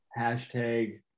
Hashtag